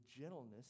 gentleness